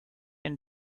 and